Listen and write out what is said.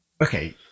okay